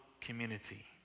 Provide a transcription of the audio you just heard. community